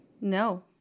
No